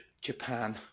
Japan